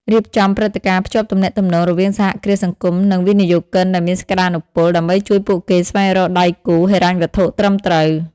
រៀបចំព្រឹត្តិការណ៍ភ្ជាប់ទំនាក់ទំនងរវាងសហគ្រាសសង្គម និងវិនិយោគិនដែលមានសក្តានុពល ដើម្បីជួយពួកគេស្វែងរកដៃគូហិរញ្ញវត្ថុត្រឹមត្រូវ ។